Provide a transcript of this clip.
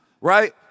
Right